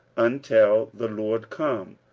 until the lord come,